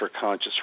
conscious